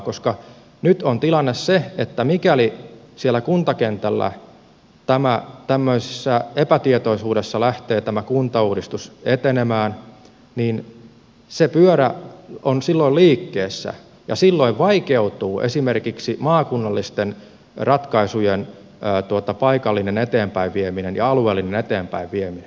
koska nyt on tilanne se että mikäli siellä kuntakentällä tämmöisessä epätietoisuudessa tämä kuntauudistus lähtee etenemään niin se pyörä on silloin liikkeessä ja silloin vaikeutuu esimerkiksi maakunnallisten ratkaisujen paikallinen eteenpäin vieminen ja alueellinen eteenpäin vieminen